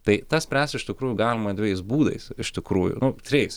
tai tą spręst iš tikrųjų galima dvejais būdais iš tikrųjų nu trejais